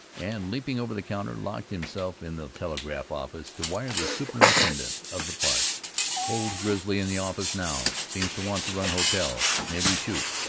and leaping over the counter, locked himself in the telegraph-office to wire the superintendent of the park old grizzly in the office now, seems to want to run hotel may we shoot?